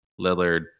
Lillard